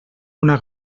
una